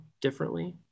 differently